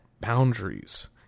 boundaries